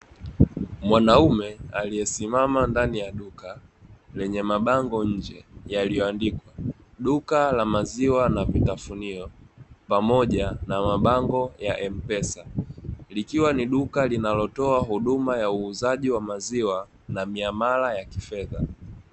Mwanaume aliyesimama ndani ya duka lenye mabango nje yaliyoandikwa duka la maziwa na vitafunio pamoja na mabango ya "M-pesa". Likiwa ni duka linalotoa huduma ya uuzaji wa maziwa na miamala ya kifedha.